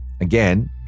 Again